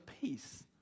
peace